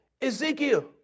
Ezekiel